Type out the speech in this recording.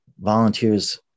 volunteers